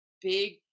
big